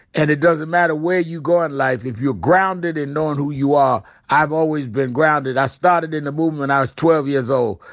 and it doesn't matter where you go in life, if you're grounded in knowing who you are, i've always been grounded. i started in the movement. i was twelve years old.